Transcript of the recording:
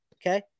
Okay